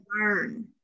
learn